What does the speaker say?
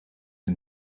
een